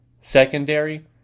secondary